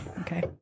Okay